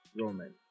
Roman